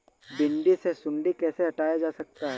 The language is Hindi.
भिंडी से सुंडी कैसे हटाया जा सकता है?